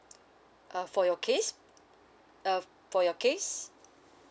uh for your case uh for your case